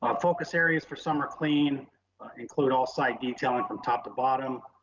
um focus areas for summer clean include all site detailing from top to bottom,